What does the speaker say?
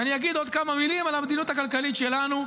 אז אני אגיד עוד כמה מילים על המדיניות הכלכלית שלנו,